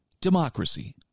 democracy